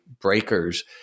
breakers